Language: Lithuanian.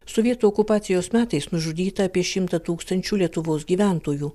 sovietų okupacijos metais nužudyta apie šimtą tūkstančių lietuvos gyventojų